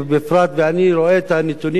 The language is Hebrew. ואני רואה את הנתונים הקשים,